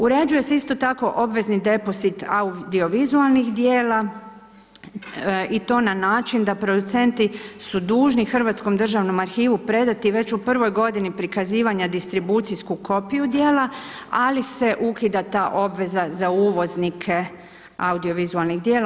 Uređuje se isto tako obvezni depozit audiovizualnih dijela i to na način da producenti su dužni Hrvatskom državnom arhivu predati već u prvoj godini prikazivanja distribucijsku kopiju djela, ali se ukida ta obveza za uvoznike audiovizualnih djela.